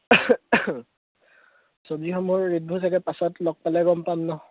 চব্জিসমূহৰ ৰেটবোৰ চাগে পাছত লগ পালে গম পাম ন